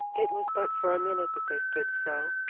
it was but for a minute that they stood so,